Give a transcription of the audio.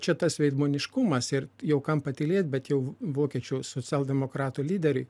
čia tas veidmainiškumas ir jau kam patylėti bet jau vokiečių socialdemokratų lyderį